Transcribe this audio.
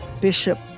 Bishop